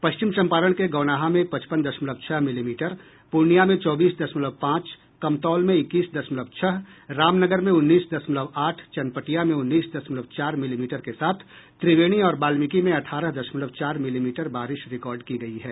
पश्चिम चम्पारण के गौनाहा में पचपन दशमलव छह मिलीमीटर पूर्णियां में चौबीस दशमलव पांच कमतौल में इक्कीस दशमलव छह रामनगर में उन्नीस दशमलव आठ चनपटिया में उन्नीस दशमलव चार मिलीमीटर के साथ त्रिवेणी और बाल्मिकी में अठारह दशमलव चार मिलीमीटर बारिश रिकॉर्ड की गयी है